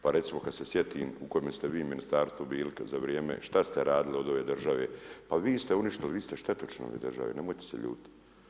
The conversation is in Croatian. Pa recimo kad se sjetim u kojem ste vi ministarstvu bili za vrijeme, što ste radili od ove države, pa vi ste uništili, vi ste štetočina ove države nemojte se ljutiti.